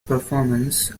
performance